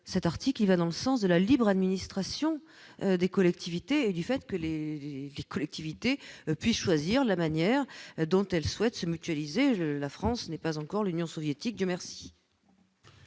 cet article va dans le sens de la libre administration des collectivités territoriales : celles-ci doivent pouvoir choisir la manière dont elles souhaitent se mutualiser. La France n'est pas encore l'Union soviétique, Dieu merci